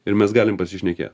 ir mes galim pasišnekėt